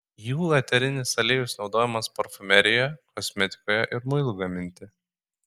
jų eterinis aliejus naudojamas parfumerijoje kosmetikoje ir muilui gaminti